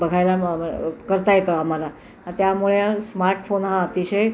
बघायला म म करता येतं आम्हाला त्यामुळे स्मार्टफोन हा अतिशय